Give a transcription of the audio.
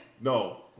No